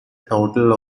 total